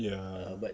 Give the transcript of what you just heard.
ya